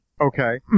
Okay